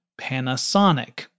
Panasonic